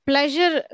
Pleasure